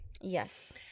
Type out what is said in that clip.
Yes